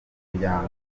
umuryango